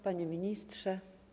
Panie Ministrze!